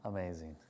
Amazing